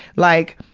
like,